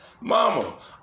Mama